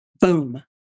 boom